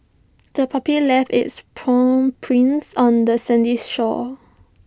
the puppy left its paw prints on the sandy shore